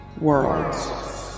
Worlds